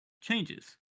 changes